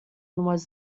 was